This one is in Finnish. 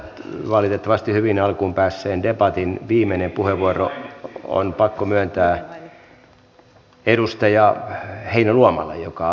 valitettavasti hyvin alkuun päässeen debatin viimeinen puheenvuoro on pakko myöntää edustaja heinäluomalle joka avasi tämän keskustelun